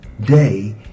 day